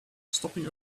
stopping